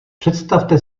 představte